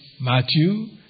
Matthew